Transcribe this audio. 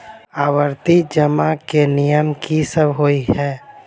आवर्ती जमा केँ नियम की सब होइ है?